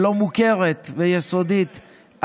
שלא מוכרת, והיא יסודית.